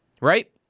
right